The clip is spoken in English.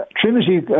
Trinity